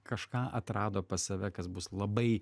kažką atrado pas save kas bus labai